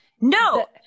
No